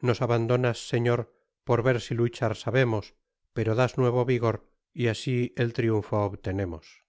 nos abandonas señor por ver si luchar sabemos pero das nuevo vigor y asi el triunfo obtenemos